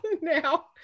now